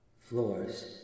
Floors